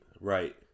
Right